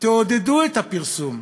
תעודדו את הפרסום.